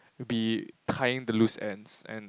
be tying the loose ends and